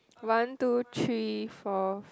one two three four